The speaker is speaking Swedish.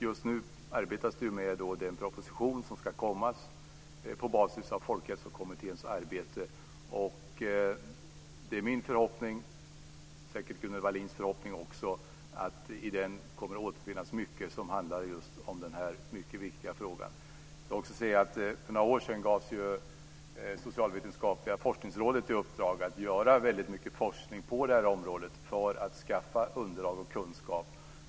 Just nu arbetar man med den proposition som ska läggas fram på basis av Folkhälsokommitténs arbete. Det är min förhoppning, och säkert också Gunnel Wallins förhoppning, att det i den kommer att återfinnas mycket som handlar just om denna mycket viktiga fråga. För några år sedan gavs ju Socialvetenskapliga forskningsrådet i uppdrag att göra väldigt mycket forskning på detta område för att skaffa underlag och kunskap.